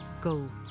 go